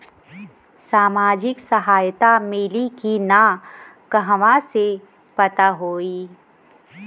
सामाजिक सहायता मिली कि ना कहवा से पता होयी?